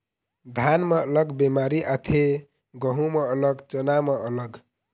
धान म अलग बेमारी आथे, गहूँ म अलग, चना म अलग